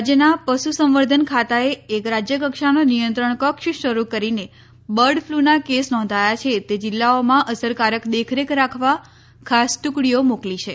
રાજ્યના પશુ સંવર્ધન ખાતાએ એક રાજ્યકક્ષાનો નિયંત્રણ કક્ષ શરૂ કરીને બર્ડ ફલ્યુના કેસ નોંધાયા છે તે જિલ્લાઓમાં અસરકારક દેખરેખ રાખવા ખાસ ટુકડીઓ મોકલી છે